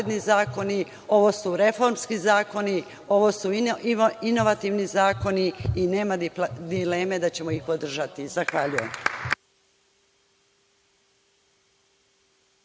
ovo su reformski zakoni, ovo su inovativni zakoni i nema dileme da ćemo ih podržati. Zahvaljujem.